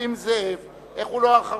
נסים זאב, איך הוא לא אחרון?